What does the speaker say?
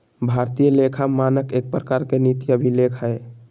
भारतीय लेखा मानक एक प्रकार के नीति अभिलेख हय